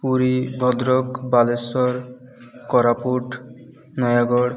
Puri Bhadrak Balasore Koraput Nayagarh